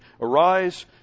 Arise